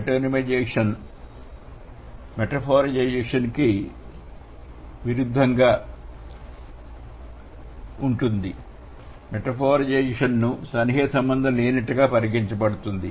metonymization రూపకీకరణ విరుద్ధంగా మెటఫోరిజేషన్కు సన్నిహిత సంబంధం లేనట్టుగా పరిగణించబడుతుంది